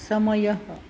समयः